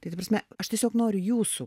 tai ta prasme aš tiesiog noriu jūsų